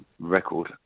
record